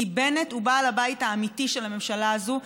כי בנט הוא בעל הבית האמיתי של הממשלה הזאת,